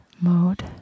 mode